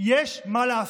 יש מה לעשות.